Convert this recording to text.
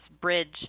bridge